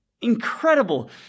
incredible